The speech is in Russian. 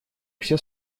все